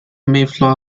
mayflower